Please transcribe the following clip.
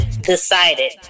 decided